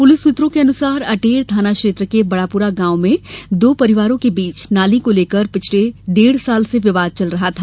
police सुत्रों के अनुसार अटेर थाना क्षेत्र के बडापुरा गांव में दो परिवारों के बीच नाली को लेकर पिछर्ले डेढ साल से विवाद चल रहा था